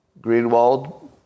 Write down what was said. Greenwald